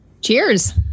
Cheers